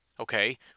Okay